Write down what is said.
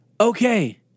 Okay